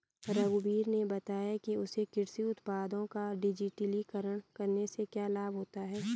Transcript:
रघुवीर ने बताया कि उसे कृषि उत्पादों का डिजिटलीकरण करने से क्या लाभ होता है